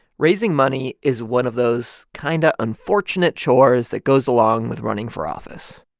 raising money is one of those kind of unfortunate chores that goes along with running for office.